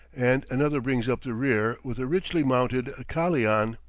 and another brings up the rear with a richly mounted kalian.